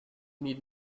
need